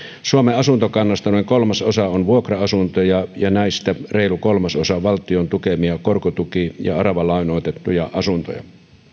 suomen asuntokannasta noin kolmasosa on vuokra asuntoja ja näistä reilu kolmasosa valtion tukemia korkotuki ja aravalainoitettuja asuntoja